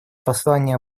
послание